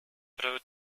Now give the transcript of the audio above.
pro